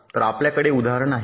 तर आपल्याकडे उदाहरण आहे